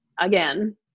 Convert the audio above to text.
again